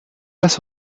las